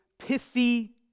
pithy